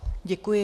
Děkuji.